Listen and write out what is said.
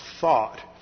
thought